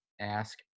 Ask